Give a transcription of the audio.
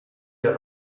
der